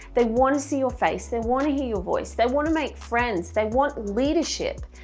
they want to see your face, they want to hear your voice, they want to make friends, they want leadership,